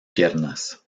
piernas